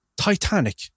Titanic